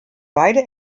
beide